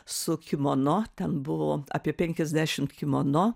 su kimono ten buvo apie penkiasdešimt kimono